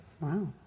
Wow